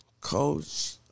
Coach